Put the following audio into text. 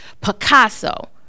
Picasso